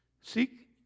Seek